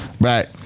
Right